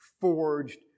forged